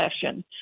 session